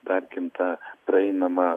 tarkim tą praeinamo